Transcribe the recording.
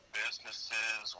businesses